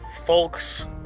folks